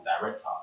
director